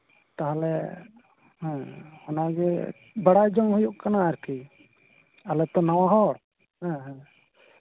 ᱛᱟᱦᱞᱮ ᱦᱮᱸ ᱚᱱᱟᱜᱮ ᱵᱟᱲᱟᱭ ᱡᱚᱝ ᱦᱩᱭᱩᱜ ᱠᱟᱱᱟ ᱟᱨᱠᱤ ᱟᱞᱮ ᱛᱚ ᱱᱟᱣᱟ ᱦᱚᱲ ᱦᱮᱸ ᱦᱮᱸ